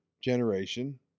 generation